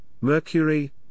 Mercury